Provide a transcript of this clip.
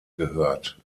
gehört